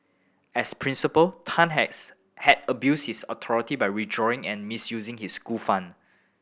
as principal Tan has had abused his authority by withdrawing and misusing his school fund